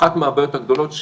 אחת מהבעיות הגדולות,